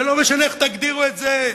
ולא משנה איך תגדירו את זה,